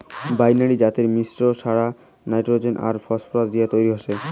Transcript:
binary জাতের মিশ্রিত সার নাইট্রোজেন আর ফসফরাস দিয়াত তৈরি হসে